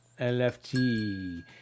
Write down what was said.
LFT